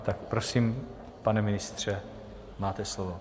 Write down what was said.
Tak prosím, pane ministře, máte slovo.